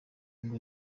ngo